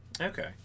Okay